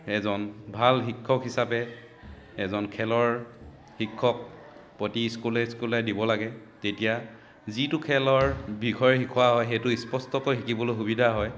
এজন ভাল শিক্ষক হিচাপে এজন খেলৰ শিক্ষক প্ৰতি স্কুলে স্কুলে দিব লাগে তেতিয়া যিটো খেলৰ বিষয়ে শিকোৱা হয় সেইটো স্পষ্টকৈ শিকিবলৈ সুবিধা হয়